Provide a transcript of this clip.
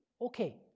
Okay